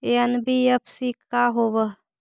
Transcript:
NBFC का होब?